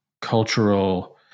cultural